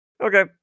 okay